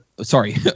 sorry